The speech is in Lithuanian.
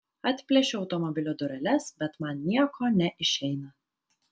atplėšiu automobilio dureles bet man nieko neišeina